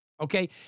okay